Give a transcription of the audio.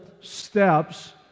steps